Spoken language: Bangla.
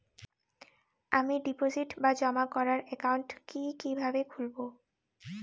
আমি ডিপোজিট বা জমা করার একাউন্ট কি কিভাবে খুলবো?